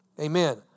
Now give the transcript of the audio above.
Amen